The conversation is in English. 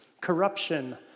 corruption